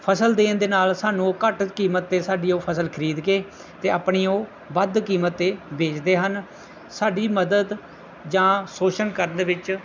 ਫਸਲ ਦੇਣ ਦੇ ਨਾਲ ਸਾਨੂੰ ਉਹ ਘੱਟ ਕੀਮਤ 'ਤੇ ਸਾਡੀ ਉਹ ਫਸਲ ਖਰੀਦ ਕੇ ਅਤੇ ਆਪਣੀ ਉਹ ਵੱਧ ਕੀਮਤ 'ਤੇ ਵੇਚਦੇ ਹਨ ਸਾਡੀ ਮਦਦ ਜਾਂ ਸ਼ੋਸ਼ਣ ਕਰਨ ਦੇ ਵਿੱਚ